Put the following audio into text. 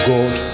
God